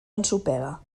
ensopega